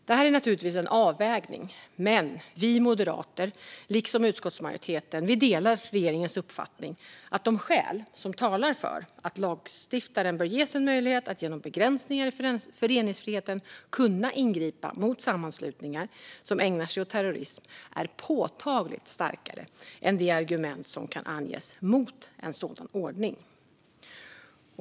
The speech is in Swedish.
Detta är naturligtvis en avvägning, men vi moderater, liksom utskottsmajoriteten, delar regeringens uppfattning att de skäl som talar för att lagstiftaren bör ges en möjlighet att genom begränsningar i föreningsfriheten ingripa mot sammanslutningar som ägnar sig åt terrorism är påtagligt starkare än de argument som kan anges mot en sådan ordning.